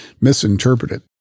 misinterpreted